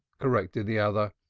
corrected the other.